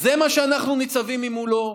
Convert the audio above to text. זה מה שאנחנו ניצבים מולו.